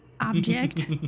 object